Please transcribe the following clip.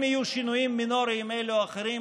אם יהיו שינויים מינוריים אלו או אחרים